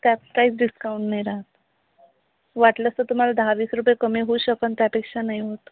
त्यात काहीच डिस्काऊन नाही राहत वाटलंच तर तुम्हाला दहा वीस रुपये कमी होऊ शकन त्यापेक्षा नाही होत